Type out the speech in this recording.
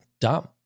dumb